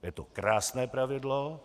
Je to krásné pravidlo.